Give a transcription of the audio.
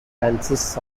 consists